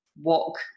walk